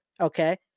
Okay